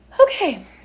Okay